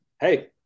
hey